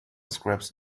scraps